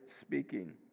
speaking